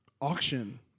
auction